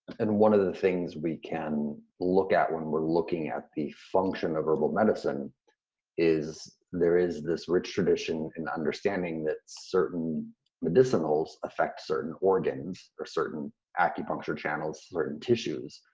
and one of the things we can look at when we're looking at the function of herbal medicine is there is this rich tradition and understanding that certain medicinals affect certain organs or certain acupuncture channels, certain tissues.